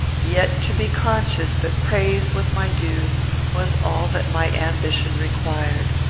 yet to be conscious that praise was my due was all that my ambition required.